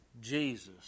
Jesus